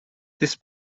this